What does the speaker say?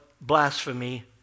blasphemy